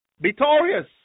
Victorious